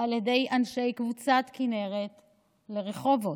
על ידי אנשי קבוצת כינרת לרחובות.